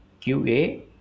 QA